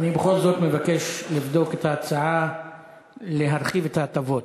אני בכל זאת מבקש לבדוק את ההצעה להרחיב את ההטבות.